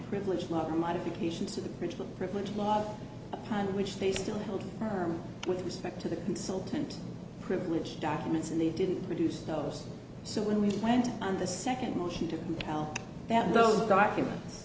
privilege not a modification to the original privileged lot upon which they still hold firm with respect to the consultant privilege documents and they didn't produce those so when we went on the second motion to tell that the documents